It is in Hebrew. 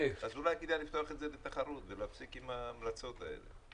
אז אולי כדאי לפתוח את זה לתחרות ולהפסיק עם ההמלצות האלה.